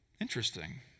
Interesting